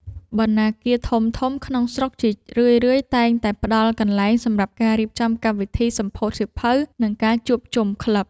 បណ្ណាគារធំៗក្នុងស្រុកជារឿយៗតែងតែផ្ដល់កន្លែងសម្រាប់ការរៀបចំកម្មវិធីសម្ពោធសៀវភៅ និងការជួបជុំក្លឹប។